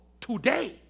today